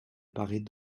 paraît